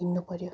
हिँड्नुपऱ्यो